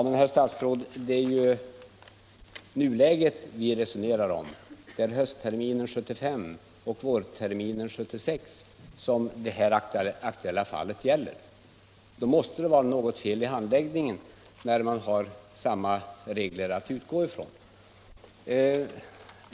Herr talman! Men det är ju nuläget vi resonerar om, herr statsråd. Det är höstterminen 1975 och vårterminen 1976 som det aktuella fallet gäller. Då måste det väl vara något fel i handläggningen, eftersom man har samma regler att utgå från.